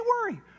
worry